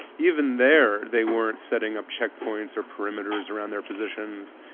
even there, they weren't setting up checkpoints or perimeters around their positions.